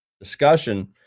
discussion